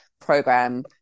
program